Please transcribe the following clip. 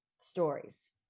stories